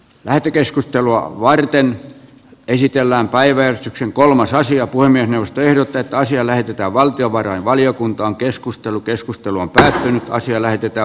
lähetekeskustelua varten kehitellään päiväys kolmas saisi apua minusta ehdotetaan siellä pitää valtiovarainvaliokuntaan keskustelu keskustelu on tähän asti elähdyttää